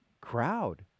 crowd